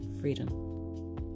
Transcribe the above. freedom